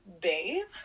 babe